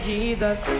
Jesus